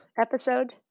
episode